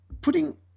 putting